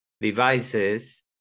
devices